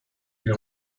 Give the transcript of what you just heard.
wir